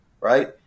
right